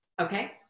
okay